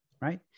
right